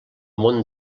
món